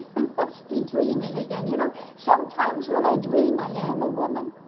must be dreaming again! you know, sometimes when i dream i am a woman,